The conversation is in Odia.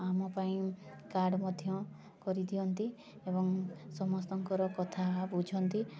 ଆମ ପାଇଁ କାର୍ଡ଼୍ ମଧ୍ୟ କରିଦିଅନ୍ତି ଏବଂ ସମସ୍ତଙ୍କର କଥା ବୁଝନ୍ତି